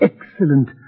Excellent